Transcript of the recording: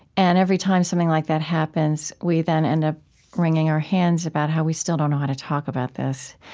and every time something like that happens, we then end up ah wringing our hands about how we still don't know how to talk about this.